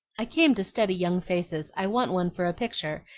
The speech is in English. i came to study young faces i want one for a picture,